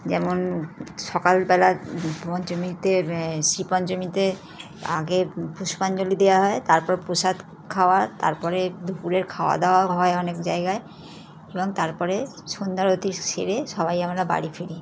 যেমন সকালবেলা পঞ্চমীতে শ্রীপঞ্চমীতে আগে পুষ্পাঞ্জলি দেওয়া হয় তারপর প্রসাদ খাওয়া তার পরে দুপুরের খাওয়া দাওয়াও হয় অনেক জায়গায় এবং তার পরে সন্ধ্যারতি সেরে সবাই আমরা বাড়ি ফিরি